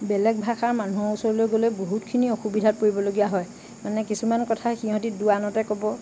বেলেগ ভাষাৰ মানুহৰ ওচৰলৈ গ'লে বহুতখিনি অসুবিধাত পৰিবলগীয়া হয় মানে কিছুমান কথা সিহঁতি দোৱানতে ক'ব